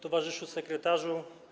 Towarzyszu sekretarzu.